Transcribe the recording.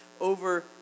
over